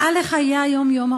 מעל לחיי היום-יום,